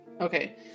Okay